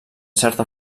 certa